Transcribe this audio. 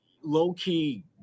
low-key